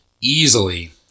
easily